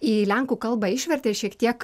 į lenkų kalbą išvertė šiek tiek